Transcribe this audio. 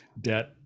debt